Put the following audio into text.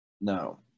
No